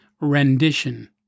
rendition